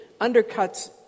undercuts